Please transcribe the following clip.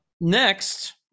Next